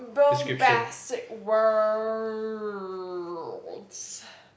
bombastic words